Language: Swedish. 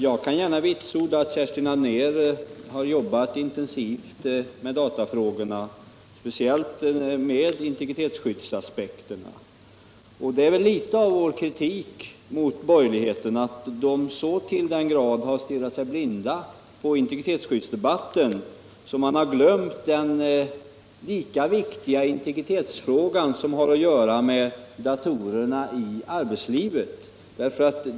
Jag kan gärna vitsorda att Kerstin Anér har jobbat intensivt med datafrågorna, speciellt med integritetsskyddsaspekterna. Något av vår kritik mot borgerligheten gäller just att den i så hög grad har förblindats av integritetsskyddsdebatten, att man har glömt den lika viktiga integritetsfråga som har att göra med datorerna i arbetslivet.